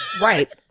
Right